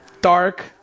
dark